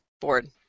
board